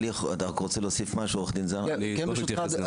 עורך הדין זנה, בבקשה.